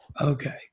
Okay